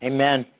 Amen